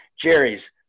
jerry's